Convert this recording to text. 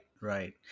right